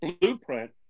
blueprint